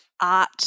art